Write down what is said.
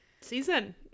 season